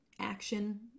action